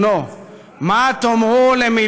מה תאמר לבן ערב ובנו?